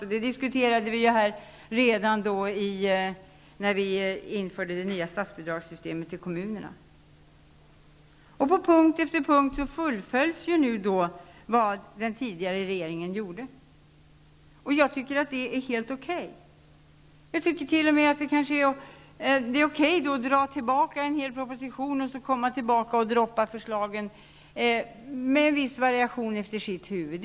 Den frågan diskuterades redan när vi införde det nya statsbidragssystemet till kommunerna. På punkt efter punkt fullföljs nu vad den tidigare regeringen gjorde. Jag tycker att det är helt okej. Det är okej att dra tillbaka en hel proposition och sedan droppa förslagen, med en viss variation efter eget huvud.